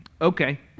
okay